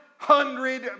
Hundred